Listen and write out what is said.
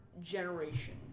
generation